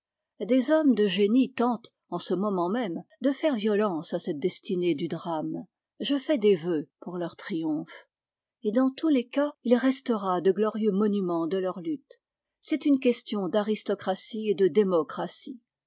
des hommes de génie tentent en ce moment même de faire violence à cette destinée du drame je fais des vœux pour leur triomphe et dans tous les cas il restera de glorieux monumens de leur lutte c'est une question d'aristocratie et de démocratie